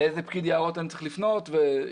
לאיזה פקיד יערות אני צריך לפנות וכולי.